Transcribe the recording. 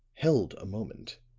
held a moment